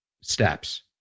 steps